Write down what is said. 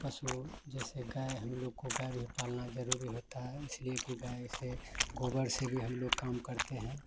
पशु जैसे गाय हम लोग को गाय भी पालना ज़रूरी होती है इसलिए कि गाय से गोबर से भी हम लोग काम करते हैं